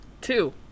Two